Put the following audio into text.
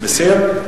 מסיר?